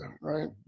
right